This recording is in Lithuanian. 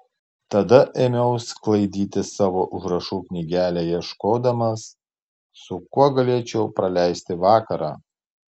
tada ėmiau sklaidyti savo užrašų knygelę ieškodamas su kuo galėčiau praleisti vakarą